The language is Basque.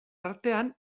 artean